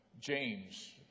James